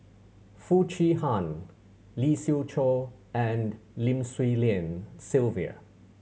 Foo Chee Han Lee Siew Choh and Lim Swee Lian Sylvia